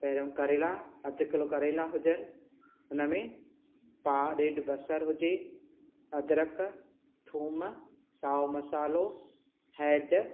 पहिरियों करेला अधु किलो करेला हुजनि हुन में पाउ ॾेढ बसरु हुजे अद्रक थूम साओ मसालो हैडु